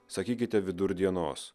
sakykite vidur dienos